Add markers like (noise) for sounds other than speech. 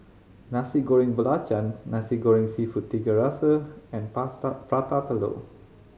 Nasi Goreng Belacan Nasi Goreng Seafood Tiga Rasa and (unintelligible) Prata Telur